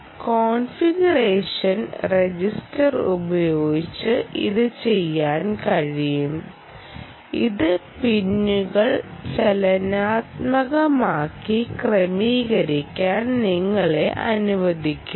configuration register ഉപയോഗിച്ച് ഇത് ചെയ്യാൻ കഴിയും ഇത് പിന്നുകൾ ചലനാത്മകമായി ക്രമീകരിക്കാൻ നിങ്ങളെ അനുവദിക്കുന്നു